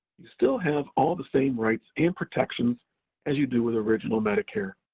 you still have all the same rights and protections as you do with original medicare.